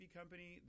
company